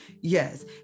Yes